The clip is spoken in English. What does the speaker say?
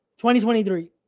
2023